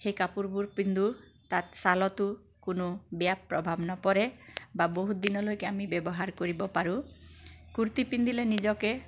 সেই কাপোৰবোৰ পিন্ধোঁ তাত ছালতো কোনো বেয়া প্ৰভাৱ নপৰে বা বহু দিনলৈকে আমি ব্যৱহাৰ কৰিব পাৰোঁ কুৰ্তী পিন্ধিলে নিজকে